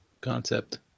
concept